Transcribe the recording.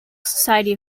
society